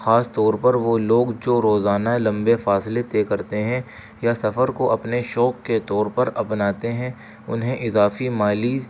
خاص طور پر وہ لوگ جو روزانہ لمبے فاصلے طے کرتے ہیں یا سفر کو اپنے شوق کے طور پر اپناتے ہیں انہیں اضافی مالی